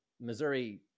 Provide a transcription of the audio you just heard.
Missouri